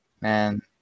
Man